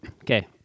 Okay